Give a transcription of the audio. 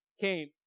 came